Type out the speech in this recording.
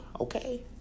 okay